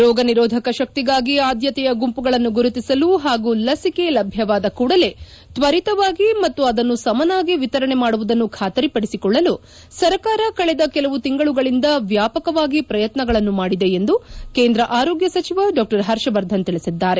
ರೋಗ ನಿರೋಧಕ ಶಕ್ತಿಗಾಗಿ ಆದ್ಯತೆಯ ಗುಂಪುಗಳನ್ನು ಗುರುತಿಸಲು ಹಾಗೂ ಲಸಿಕೆ ಲಭ್ಯವಾದ ಕೂಡಲೇ ಶ್ವರಿತವಾಗಿ ಮತ್ತು ಅದನ್ನು ಸಮನಾಗಿ ವಿತರಣೆ ಮಾಡುವುದನ್ನು ಖಾತರಿಪಡಿಸಿಕೊಳ್ಳಲು ಸರಕಾರ ಕಳೆದ ಕೆಲವು ತಿಂಗಳುಗಳಿಂದ ವ್ಯಾಪಕವಾಗಿ ಪ್ರಯತ್ನಗಳನ್ನು ಮಾಡಿದೆ ಎಂದು ಕೇಂದ್ರ ಆರೋಗ್ಯ ಸಚಿವ ಡಾ ಪರ್ಷವರ್ಧನ್ ತಿಳಿಸಿದ್ದಾರೆ